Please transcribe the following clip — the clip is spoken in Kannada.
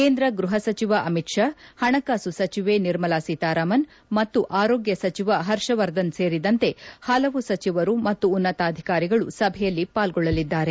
ಕೇಂದ್ರ ಗ್ಬಪ ಸಚಿವ ಅಮಿತ್ ಷಾ ಪಣಕಾಸು ಸಚಿವೆ ನಿರ್ಮಲಾ ಸೀತಾರಾಮನ್ ಮತ್ತು ಆರೋಗ್ಡ ಸಚಿವ ಹರ್ಷವರ್ಧನ್ ಸೇರಿದಂತೆ ಹಲವು ಸಚಿವರು ಮತ್ತು ಉನ್ನತಾಧಿಕಾರಿಗಳು ಸಭೆಯಲ್ಲಿ ವಾಲ್ಗೊಳ್ಳಲಿದ್ದಾರೆ